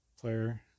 player